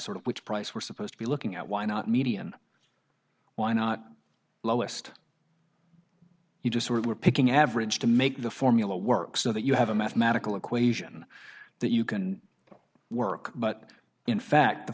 sort of which price we're supposed to be looking at why not median why not lowest you just were picking average to make the formula work so that you have a mathematical equation that you can work but in fact the